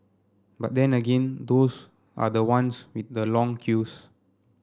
but then again those are the ones with the long queues